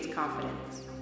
confidence